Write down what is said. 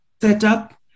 setup